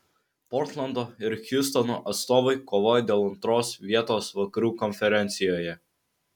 portlando ir hjustono atstovai kovoja dėl antros vietos vakarų konferencijoje